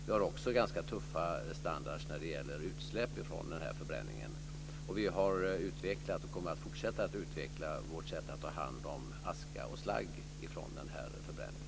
Vi har också ganska tuffa standarder när det gäller utsläpp från denna förbränning, och vi har utvecklat och kommer att fortsätta att utveckla vårt sätt att ta hand om aska och slagg från denna förbränning.